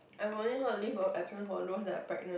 I only heard leave of absence for those who are pregnant